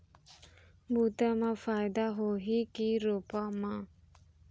बुता म फायदा होही की रोपा म?